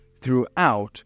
throughout